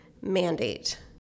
mandate